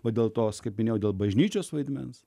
o dėl to skambinau dėl bažnyčios vaidmens